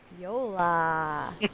Yola